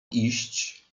iść